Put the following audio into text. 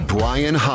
Brian